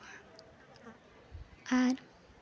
ᱟᱨ